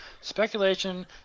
speculation